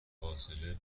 فاصله